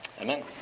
Amen